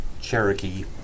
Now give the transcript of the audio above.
Cherokee